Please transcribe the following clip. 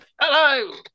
Hello